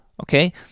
okay